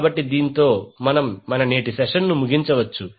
కాబట్టి దీనితో మన నేటి సెషన్ను ముగించ వచ్చు